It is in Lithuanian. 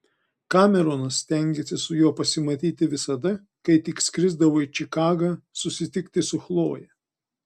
kameronas stengėsi su juo pasimatyti visada kai tik skrisdavo į čikagą susitikti su chloje